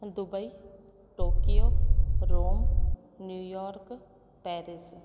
Dubai Tokyo Rome New York Paris